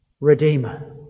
redeemer